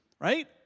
right